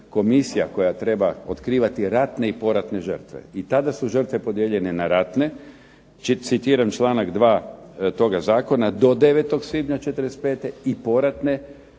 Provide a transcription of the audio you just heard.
komisija koja treba otkrivati ratne i poratne žrtve, i tada su žrtve podijeljene na ratne, citiram članak 2. toga zakona do 9. svibnja '45. i poratne